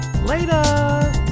Later